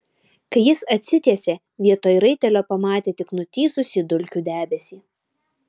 kai jis atsitiesė vietoj raitelio pamatė tik nutįsusį dulkių debesį